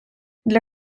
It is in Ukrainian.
для